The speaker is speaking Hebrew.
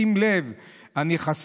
שים לב אם אני חסר".